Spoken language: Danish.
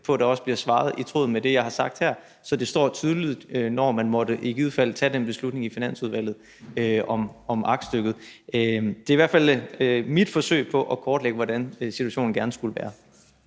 på, at der også bliver svaret i tråd med det, jeg har sagt her, så det står tydeligt, når man i givet fald måtte tage den beslutning i Finansudvalget om aktstykket. Det er i hvert fald mit forsøg på at kortlægge, hvordan situationen gerne skulle være.